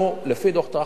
לפי דוח-טרכטנברג,